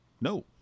no